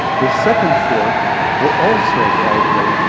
the second fork will also vibrate